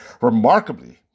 remarkably